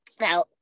now